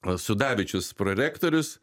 sudavičius prorektorius